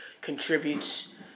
contributes